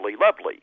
lovely